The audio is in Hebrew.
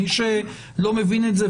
מי שלא מבין את זה,